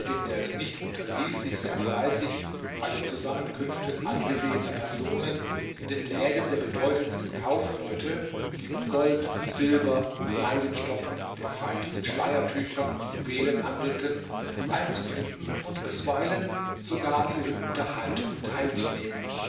der es nicht unterließ sich sehr fleißig bei den zusammenkünften angesehener personen in den läden der bedeutendsten kaufleute die mit gold silber seidenstoffen den feinsten schleiertüchern und juwelen handelten einzufinden und bisweilen sogar an ihren unterhaltungen teilzunehmen